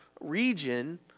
region